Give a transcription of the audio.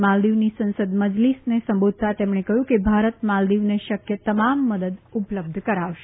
માલ્દીવની સંસદ મજલિસને સંબોધતા તેમણે કહ્યું કે ભારત માલ્દીવને શક્ય તમામ મદદ ઉપલબ્ધ કરાવશે